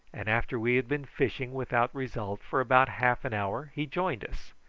and after we been fishing without result for about half an hour he joined us.